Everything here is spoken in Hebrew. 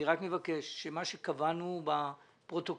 אני רק מבקש, שמה שקבענו בפרוטוקול,